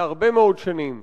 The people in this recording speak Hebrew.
להרבה מאוד שנים.